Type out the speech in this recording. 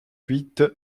huit